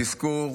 בתזכוּר,